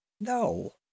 No